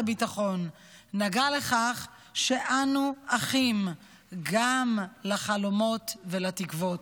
הביטחון נגע לכך שאנו אחים גם לחלומות ולתקוות.